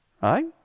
Right